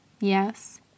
yes